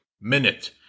minute